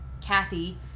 kathy